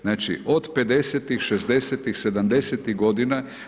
Znači od '50.-tih, '60.-tih, '70.-tih godina.